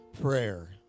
prayer